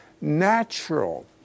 natural